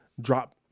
drop